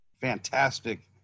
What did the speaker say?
fantastic